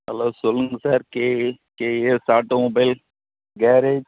hello சொல்லுங்க sir KAKS automobiles garage